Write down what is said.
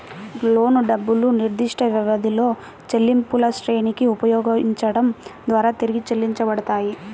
లోను డబ్బులు నిర్దిష్టవ్యవధిలో చెల్లింపులశ్రేణిని ఉపయోగించడం ద్వారా తిరిగి చెల్లించబడతాయి